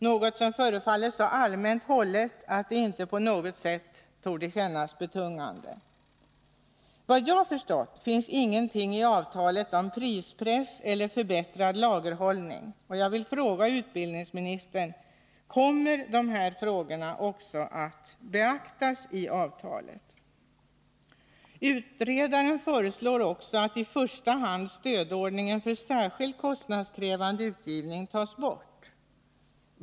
Detta förefaller så allmänt hållet att det inte på något sätt torde kännas betungande. Vad jag förstår finns ingenting i avtalet om prispress eller förbättrad lagerhållning. Jag vill fråga utbildningsministern: Kommer de här frågorna att beaktas i avtalet? Utredaren föreslår också att i första hand stödordningen för särskilt kostnadskrävande utgivning tas bort.